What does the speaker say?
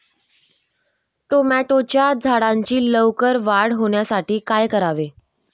टोमॅटोच्या झाडांची लवकर वाढ होण्यासाठी काय करावे?